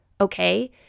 okay